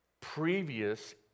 previous